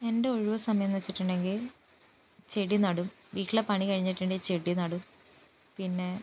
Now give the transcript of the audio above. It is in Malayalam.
എൻ്റെ ഒഴിവ് സമയം എന്നു വച്ചിട്ടുണ്ടെങ്കിൽ ചെടി നടും വീട്ടിലെ പണി കഴിഞ്ഞിട്ടുണ്ടെങ്കിൽ ചെടി നടും പിന്നെ